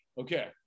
Okay